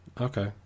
Okay